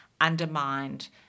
undermined